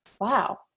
wow